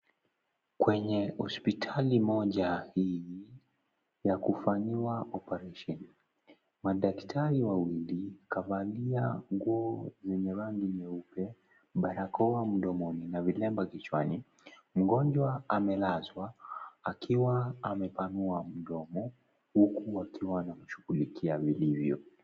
Kwenye hospitali moja hii, ya kufanyiwa operesheni. Madaktari wawili kavalia nguo zenye rangi nyeupe, barakoa mdomoni na vilemba kichwani. Mgonjwa amelazwa akiwa amepanua mdomo, huku wakiwa wanamshughulikia vilivyo.